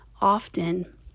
Often